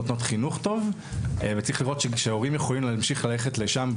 נותנות חינוך טוב וצריך לראות שההורים יכולים להמשיך ללכת לשם,